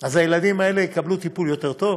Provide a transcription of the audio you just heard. הילדים האלה יקבלו טיפול יותר טוב.